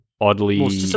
oddly